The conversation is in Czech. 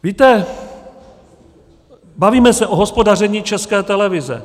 Víte, bavíme se o hospodaření České televize.